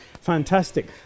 fantastic